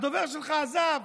הדובר שלך עזב,